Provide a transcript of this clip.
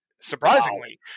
surprisingly